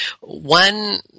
one